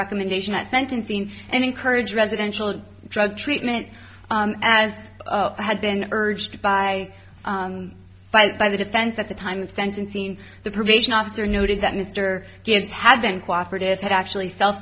recommendation at sentencing and encourage residential drug treatment as i had been urged by filed by the defense at the time of sentencing the probation officer noted that mr gibbs had been cooperative had actually sel